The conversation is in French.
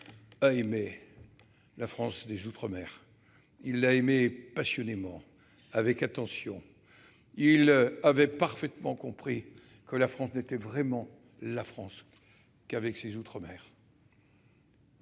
aimait la France des outre-mer. Il l'aimait passionnément et avec attention. Il avait parfaitement compris que la France n'est vraiment la France qu'avec ses outre-mer.